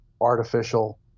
artificial